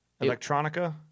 Electronica